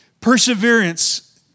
perseverance